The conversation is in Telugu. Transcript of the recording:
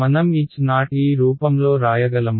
మనం Ho ఈ రూపంలో రాయగలమా